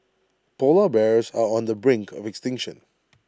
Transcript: Polar Bears are on the brink of extinction